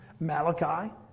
Malachi